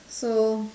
so